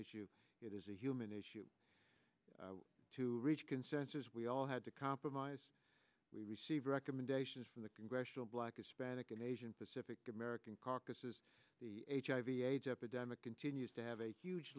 issue it is a human issue to reach consensus we all had to compromise we receive recommendations from the congressional black hispanic and asian pacific american caucus is the hiv aids epidemic continues to have a